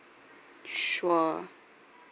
sure